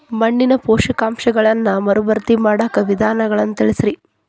ಮಣ್ಣಿನ ಪೋಷಕಾಂಶಗಳನ್ನ ಮರುಭರ್ತಿ ಮಾಡಾಕ ವಿಧಾನಗಳನ್ನ ತಿಳಸ್ರಿ